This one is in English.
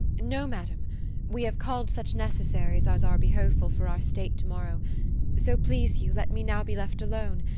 no, madam we have cull'd such necessaries as are behoveful for our state to-morrow so please you, let me now be left alone,